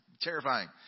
terrifying